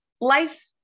life